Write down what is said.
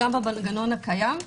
גם המנגנון הקיים,